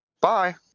Bye